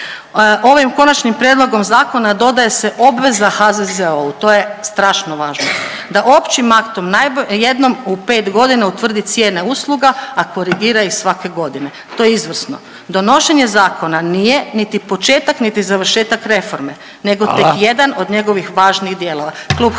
Ovim konačnim prijedlogom zakona dodaje se obveza HZZO-u, to je strašno važno, da općim aktom jednom u pet godina utvrdi cijena usluga, a korigira ih svake godine. To je izvrsno. donošenje zakona nije niti početak niti završetak reforme nego tek …/Upadica Radin: Hvala./… jedan od njegovih važnih dijelova.